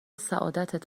سعادتت